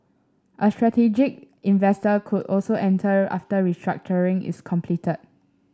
a strategic investor could also enter after restructuring is completed